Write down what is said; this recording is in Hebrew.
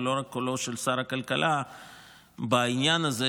ולא רק קולו של שר הכלכלה בעניין הזה,